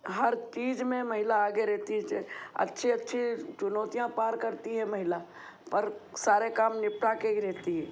हर चीज में महिला आगे रहती है अच्छे अच्छे चुनौतियाँ पार करती हैं महिला पर सारे काम निपटा के ही रहती है